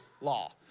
law